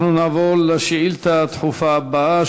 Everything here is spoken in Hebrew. אנחנו נעבור לשאילתה הדחופה הבאה,